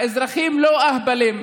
האזרחים לא אהבלים,